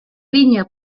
vinya